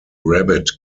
rabbit